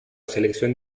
selección